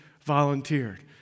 volunteered